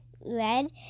red